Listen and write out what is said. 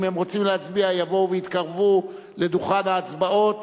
אם הם רוצים להצביע, יבואו ויתקרבו לדוכן ההצבעות.